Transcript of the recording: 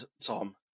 Tom